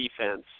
defense